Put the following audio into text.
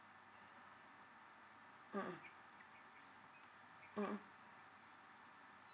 mmhmm mmhmm